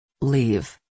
Leave